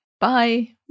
Bye